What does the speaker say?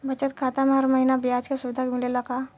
बचत खाता में हर महिना ब्याज के सुविधा मिलेला का?